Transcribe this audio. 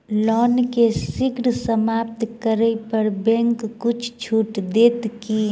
loan केँ शीघ्र समाप्त करै पर बैंक किछ छुट देत की